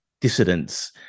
dissidents